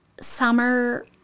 summer